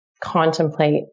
contemplate